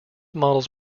models